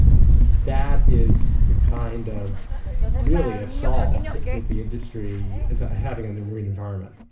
that is the kind of really assault that the industry is having on the marine environment.